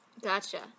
Gotcha